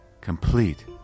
complete